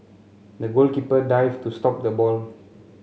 the goalkeeper dived to stop the ball